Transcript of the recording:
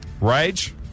Rage